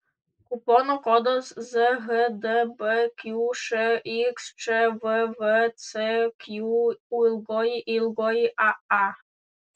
kupono kodas zhdb qšxč vvcq ūyaa